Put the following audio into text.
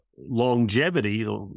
longevity